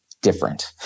Different